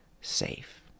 safe